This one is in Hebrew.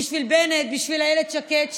בשביל איילת שקד.